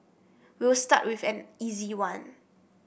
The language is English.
we'll start with an easy one